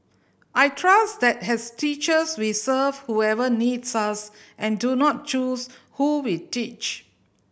I trust that has teachers we serve whoever needs us and do not choose who we teach